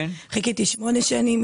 חיכיתי שמונה שנים.